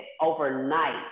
overnight